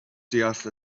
deall